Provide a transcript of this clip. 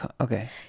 okay